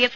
F